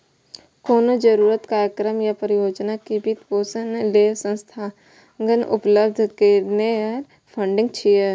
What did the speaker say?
कोनो जरूरत, कार्यक्रम या परियोजना के वित्त पोषण लेल संसाधन उपलब्ध करेनाय फंडिंग छियै